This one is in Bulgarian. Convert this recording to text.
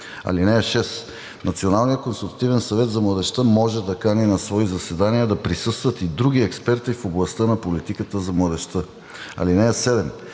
(6) Националният консултативен съвет за младежта може да кани на своите заседания да присъстват и други експерти в областта на политиката за младежта. (7)